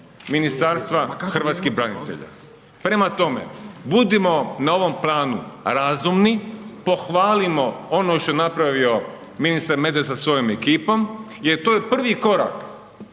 Ministarstva hrvatskih branitelja. Prema tome, budimo na ovom planu, razumni, pohvalimo, ono što je napravio ministar Medved sa svojom ekipom, jer to je prvi korak,